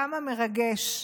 כמה מרגש.